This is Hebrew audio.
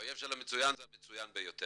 והאויב של המצוין זה המצוין ביותר.